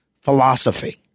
philosophy